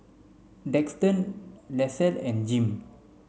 Daxton Leslee and Jim